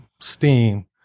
steam